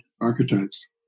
archetypes